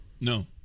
No